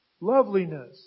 loveliness